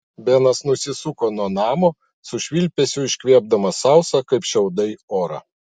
benas nusisuko nuo namo su švilpesiu iškvėpdamas sausą kaip šiaudai orą